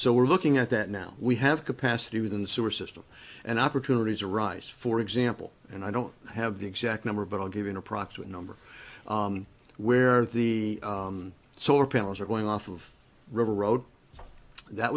so we're looking at that now we have capacity within the sewer system and opportunities arise for example and i don't have the exact number but i'll give you an approximate number where the solar panels are going off of river road that